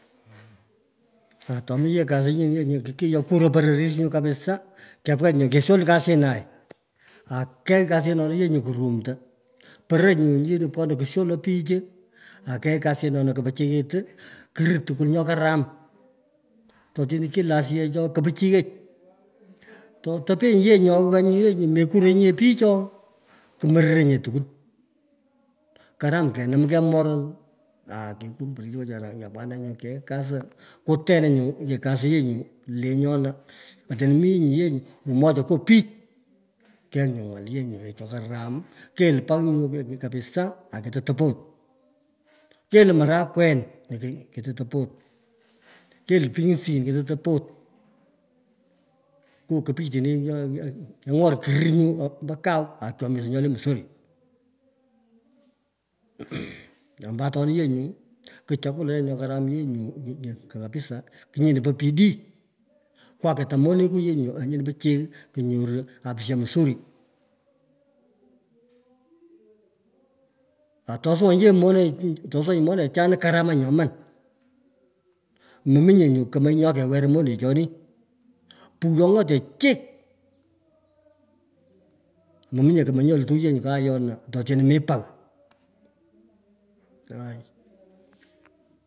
Ato mi yekas nyo yienyi kukighaa, kuro pororis nyu kabisa kepha nyu keshol kasinai. okei kasanoni yee nyu kurumto. porer ye nyuu pkonoy kusholei pich ankei kasiona kipichiyit kurir tukwon nyo karam. Totino kilo asiyech oo kipichiyech. Totelenyi yee nyo ghaa ye nyu mekurenyi nye pich oo kumarirnye tukwon. Karam kenom mei merun akekur porer lo wechara apkana nyu kea kasi. Ketune nyu yioi kasi nyo lenyona atinyo minyi yee nyu umoja ango pich. Keigh nyu ye ng'al che karam keluu pagh nyu kabisa. aketo topot. keluu marakwen aketo topot. keluu pepsin keto topot ngo kapichtine kengor kirirr nyu ombo kau akyomisho nyole msuri. Nyo ombo otani yee ngu. ku nyino po pidii kwaketa moneku yee nyu nyino pichy kunyoru afya msuri. Atosuwenyi ye moneku atisowenyi monechan karamach nyoman. Maminye nyu kemei nyo kewer monechoni. piyhyongote chik mominte kemei nyo luturi ye nyuu kayona ato otino mi pagh, aaaai.